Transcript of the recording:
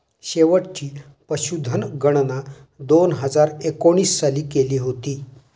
शेवटची पशुधन गणना दोन हजार एकोणीस साली केली होती